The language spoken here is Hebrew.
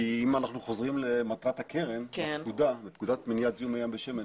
כי אם אנחנו חוזרים למטרת תחת פקודת מניעת זיהום הים בשמן,